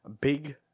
Big